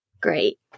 great